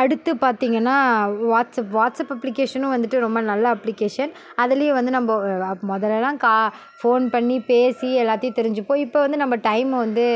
அடுத்து பார்த்தீங்கன்னா WhatsApp WhatsApp அப்ளிக்கேஷனும் வந்துட்டு ரொம்ப நல்ல அப்ளிக்கேஷன் அதுலேயும் வந்து நம்ம முதல்லலாம் கா ஃபோன் பண்ணி பேசி எல்லாத்தையும் தெரிஞ்சுப்போம் இப்போ வந்து நம்ம டைமை வந்து